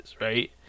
right